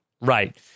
Right